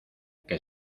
que